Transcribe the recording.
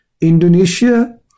Indonesia